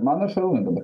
man ar šarūnui dabar